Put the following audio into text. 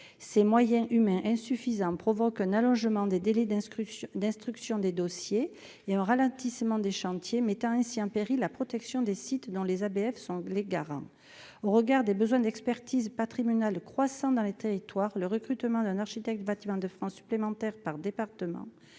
ses moyens humains insuffisants provoque un allongement des délais d'instruction d'instruction des dossiers, il y a un ralentissement des chantiers, mettant ainsi en péril la protection des sites dans les ABF sont les garants, au regard des besoins d'expertise pas tribunal croissant dans les territoires, le recrutement d'un architecte bâtiments de France supplémentaires par département